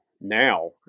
now